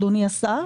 אדוני השר.